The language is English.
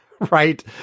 right